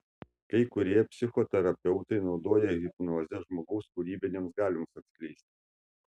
kai kurie psichoterapeutai naudoja hipnozę žmogaus kūrybinėms galioms atskleisti